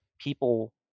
people